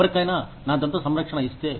ఎవరికైనా నా దంత సంరక్షణ ఇస్తే